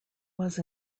was